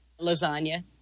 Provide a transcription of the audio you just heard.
lasagna